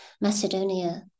Macedonia